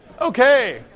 Okay